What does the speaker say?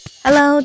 Hello